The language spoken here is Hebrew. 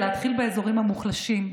ולהתחיל באזורים המוחלשים,